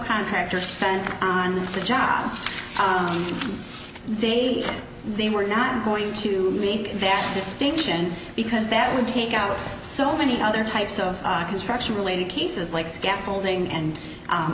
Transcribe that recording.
contractors spent on the job they they were not going to make that distinction because that would take out so many other types of construction related cases like scaffolding and